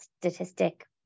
statistic